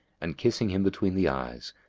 and kissing him between the eyes,